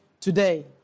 today